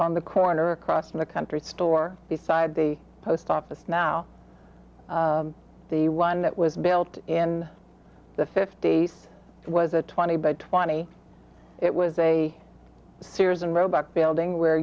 on the corner across from the country store beside the post office now the one that was built in the fifty's was a twenty by twenty it was a sears and roebuck building where